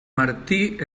martí